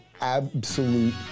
absolute